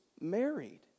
married